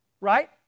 Right